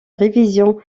révision